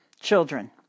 children